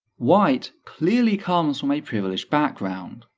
white clearly comes from a privileged background.